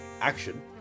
action